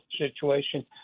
situation